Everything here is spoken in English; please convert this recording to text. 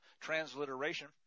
transliteration